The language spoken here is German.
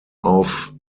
auf